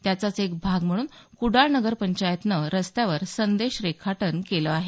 त्याचाच एक भाग म्हणून कुडाळ नगर पंचायतनं रस्त्यावर संदेश रेखाटन केलं आहे